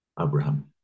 Abraham